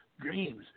dreams